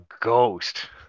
ghost